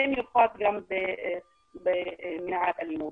במיוחד במניעת אלימות.